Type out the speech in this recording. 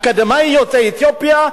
אקדמאי יוצא אתיופיה,